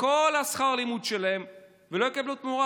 כל שכר הלימוד שלהם ולא יקבלו תמורה.